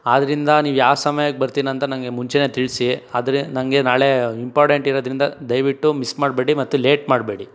ಆದ್ದರಿಂದ ನೀವು ಯಾವ ಸಮಯಕ್ಕೆ ಬರ್ತೀನಂತ ನನಗೆ ಮುಂಚೆನೇ ತಿಳಿಸಿ ಆದರೆ ನನಗೆ ನಾಳೆ ಇಪಾರ್ಟೆಂಟ್ ಇರೋದ್ರಿಂದ ದಯವಿಟ್ಟು ಮಿಸ್ ಮಾಡಬೇಡಿ ಮತ್ತು ಲೇಟ್ ಮಾಡಬೇಡಿ